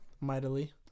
mightily